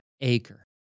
acre